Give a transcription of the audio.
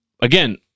again